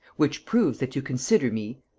which proves that you consider me,